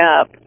up